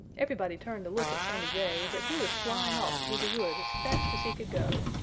everybody turned to look at sammy jay, but he was flying off through the wood as fast as he could go.